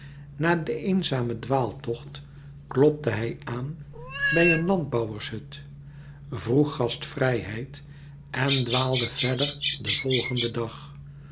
na de eenzamen dwaaltocht klopte hij aan bij een landbouwershut vroeg gastvrijheid en dwaalde verder den volgenden dag